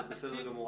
זה לא הדיון.